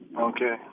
Okay